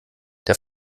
der